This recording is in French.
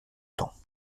temps